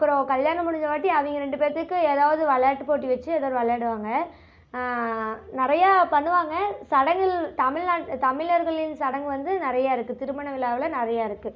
அப்புறம் கல்யாணம் முடிஞ்சவாட்டி அவங்க ரெண்டு பேர்த்துக்கு எதாவது விளையாட்டு போட்டி வச்சு எதாவது விளையாடுவாங்க நிறையா பண்ணுவாங்க சடங்குகள் தமிழ் நாட் தமிழர்களின் சடங்கு வந்து நிறைய இருக்கு திருமண விழாவுல நிறையா இருக்கு